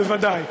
בוודאי.